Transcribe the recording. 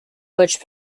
which